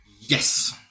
yes